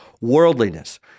worldliness